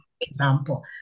example